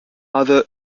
other